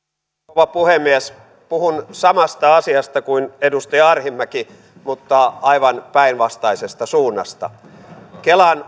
rouva puhemies puhun samasta asiasta kuin edustaja arhinmäki mutta aivan päinvastaisesta suunnasta kelan